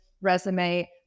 resume